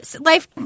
life